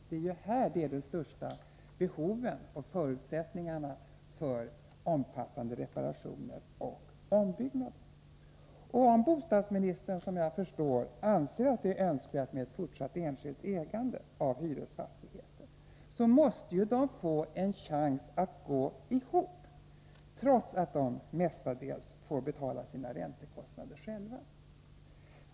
Det är där som de största behoven och förutsättningarna finns för omfattande reparationer och ombyggnader. Om bostadsministern, som jag förstår, anser att det är önskvärt med fortsatt enskilt ägande av hyresfastigheter, då måste de få en chans att gå ihop, trots att de mestadels får betala sina räntekostnader själva.